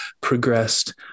progressed